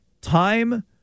time